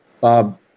Bob